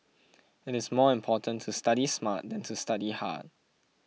it is more important to study smart than to study hard